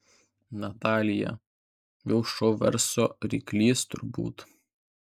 natalija jau šou verslo ryklys turbūt